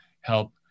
help